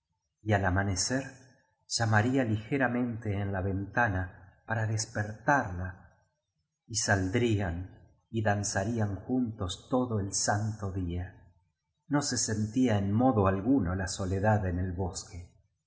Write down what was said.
y al amanecer llamaría ligeramente en la ventana para des pertarla y saldrían y danzarían juntos todo el santo día no se sentía en modo alguno la soledad en el bosque